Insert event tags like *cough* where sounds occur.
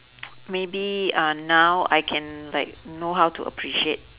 *noise* maybe uh now I can like know how to appreciate